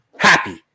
Happy